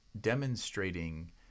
demonstrating